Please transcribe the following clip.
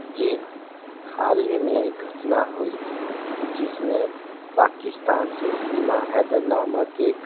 जी हां हाल ही में एक घटना हुई जिसमें पाकिस्तान से सीमा हैदर नामक एक